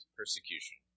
persecution